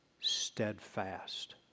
steadfast